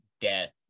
death